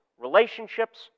relationships